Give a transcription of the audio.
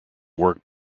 work